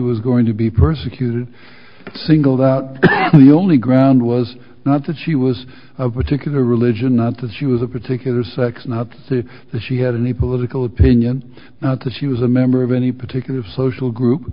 was going to be persecuted singled out the only ground was not that she was of particular religion not that she was a particular sex not the that she had any political opinion that she was a member of any particular social group